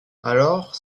alors